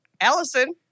Allison